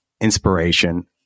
inspiration